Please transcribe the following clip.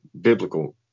biblical